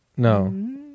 no